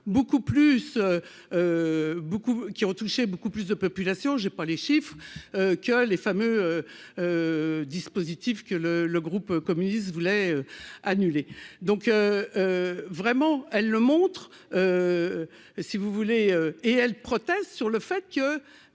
beaucoup qui ont touché beaucoup plus de population, j'ai pas les chiffres que les femmes, dispositif que le le groupe communiste voulait annuler donc vraiment elle le montre si vous voulez, et elle sur le fait que,